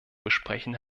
besprechen